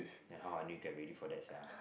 then how I need get ready for that sia